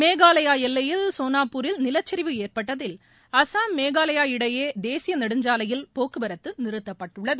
மேகாலயா எல்லையில் சோனாப்பூரில் நிலச்சிவு ஏற்பட்டதில் அசாம் மேகாலயா இடையே தேசிய நெடுஞ்சாலையில் போக்குவரத்து நிறுத்தப்பட்டுள்ளது